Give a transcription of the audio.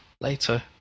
later